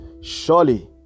Surely